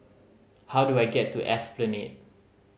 how do I get to Esplanade